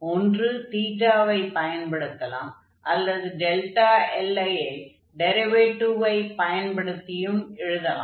ஒன்று ஐ பயன்படுத்தலாம் அல்லது li ஐ டிரைவேடிவ்வை பயன்படுத்தியும் எழுதலாம்